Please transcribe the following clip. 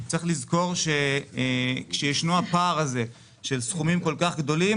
צריך לזכור שכשישנו הפער הזה של סכומים כל כך גדולים,